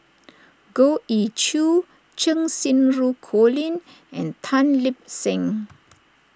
Goh Ee Choo Cheng Xinru Colin and Tan Lip Seng